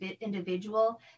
individual